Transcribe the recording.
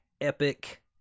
epic